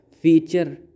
feature